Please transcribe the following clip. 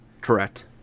correct